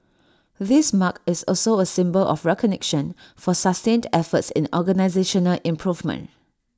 this mark is also A symbol of recognition for sustained efforts in organisational improvement